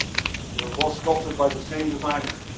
they were both sculpted by the same designer,